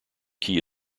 key